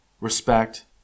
respect